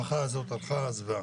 המשפחה עזבה.